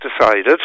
decided